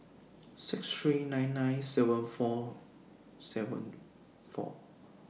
six three nine nine seven four seven four